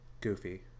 Goofy